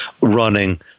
running